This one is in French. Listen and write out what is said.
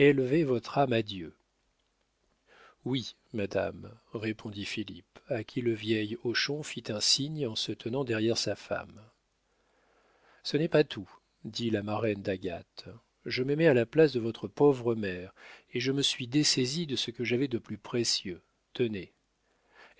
votre âme à dieu oui madame répondit philippe à qui le vieil hochon fit un signe en se tenant derrière sa femme ce n'est pas tout dit la marraine d'agathe je me mets à la place de votre pauvre mère et je me suis dessaisi de ce que j'avais de plus précieux tenez